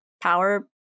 power